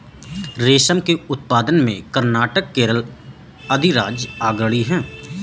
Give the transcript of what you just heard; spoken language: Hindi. रेशम के उत्पादन में कर्नाटक केरल अधिराज्य अग्रणी है